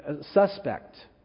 suspect